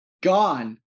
gone